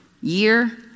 year